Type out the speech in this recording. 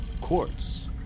Quartz